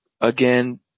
again